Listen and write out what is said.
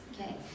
okay